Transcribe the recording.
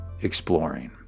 exploring